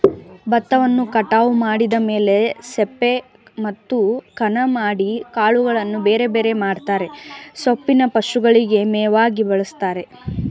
ಬತ್ತವನ್ನು ಕಟಾವು ಮಾಡಿದ ಮೇಲೆ ಸೊಪ್ಪೆ ಮತ್ತು ಕಣ ಮಾಡಿ ಕಾಳುಗಳನ್ನು ಬೇರೆಬೇರೆ ಮಾಡ್ತರೆ ಸೊಪ್ಪೇನ ಪಶುಗಳಿಗೆ ಮೇವಾಗಿ ಬಳಸ್ತಾರೆ